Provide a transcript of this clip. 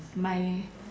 my